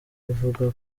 avuga